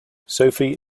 sophie